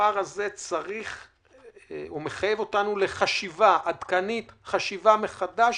הפער הזה מחייב אותנו לחשיבה עדכנית, חשיבה מחדש